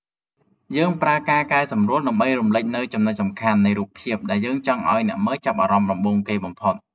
យើងប្រើការកែសម្រួលដើម្បីរំលេចនូវ ចំណុចសំខាន់ នៃរូបភាពដែលយើងចង់ឱ្យអ្នកមើលចាប់អារម្មណ៍ដំបូងគេបំផុត។